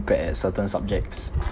bad at certain subjects